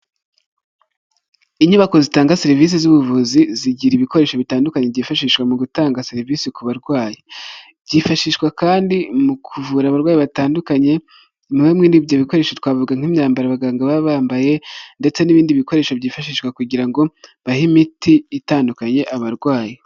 Inyubako zitanga serivisi z'ubuvuzi, zigira ibikoresho bitandukanye byifashishwa mu gutanga serivisi ku barwayi, byifashishwa kandi mu kuvura abarwayi batandukanye, bimwe muri ibyo bikoresho twavuga nk'imyambaro abaganga baba bambaye ndetse n'ibindi bikoresho byifashishwa kugira ngo bahe imiti itandukanye abarwayi.